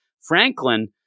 Franklin